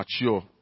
mature